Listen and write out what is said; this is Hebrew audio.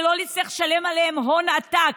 ולא נצטרך לשלם עליהם הון עתק.